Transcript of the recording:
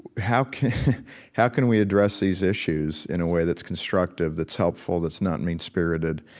how can how can we address these issues in a way that's constructive, that's helpful, that's not mean-spirited?